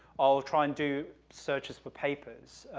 i'll try and do searches for papers,